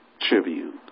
tribute